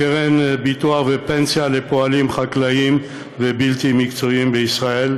"קרן ביטוח ופנסיה לפועלים חקלאיים ובלתי מקצועיים בישראל,